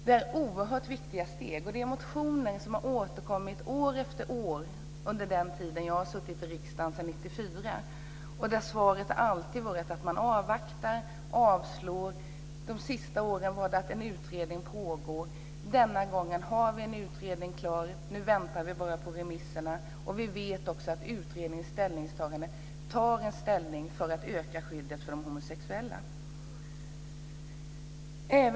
Det är oerhört viktiga steg, och det är motioner som har återkommit år efter år under den tid som jag har suttit i riksdagen sedan 1994. Svaret har alltid varit att man avvaktar och avslår. Under de senaste åren har svaret varit att en utredning pågår. Denna gång har vi en färdig utredning. Nu väntar vi bara på remissvaren. Vi vet också att utredningen tar ställning för att öka skyddet för de homosexuella.